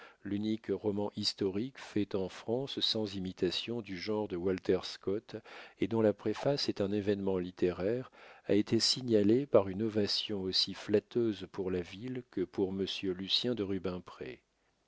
l'unique roman historique fait en france sans imitation du genre de walter scott et dont la préface est un événement littéraire a été signalé par une ovation aussi flatteuse pour la ville que pour monsieur lucien de rubempré